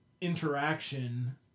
interaction